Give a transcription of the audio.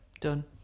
Done